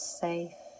safe